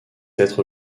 être